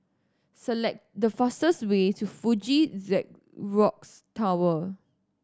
select the fastest way to Fuji Xerox Tower